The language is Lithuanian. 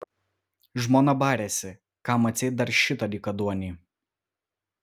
žmona barėsi kam atseit dar šitą dykaduonį